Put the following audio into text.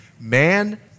Man